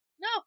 No